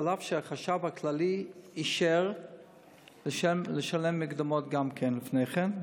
אף שהחשב הכללי אישר לשלם מקדמות גם לפני כן,